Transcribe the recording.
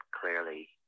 clearly